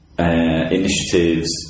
Initiatives